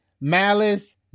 malice